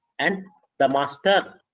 and the master